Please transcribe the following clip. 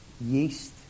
yeast